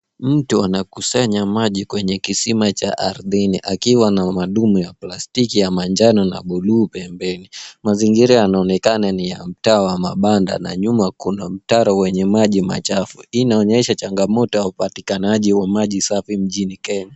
Mtu anakusanya maji kwenye kisima cha ardhini akiwa na madume ya plastiki ya manjano na bluu pembeni. Mazingira yanaonekana ni ya mtaa wa mabanda, na nyuma kuna mtaro wenye maji machafu. Hii inaonyesha changamoto ya upatikanaji wa maji safi mjini Kenya.